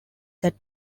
that